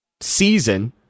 season